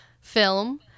film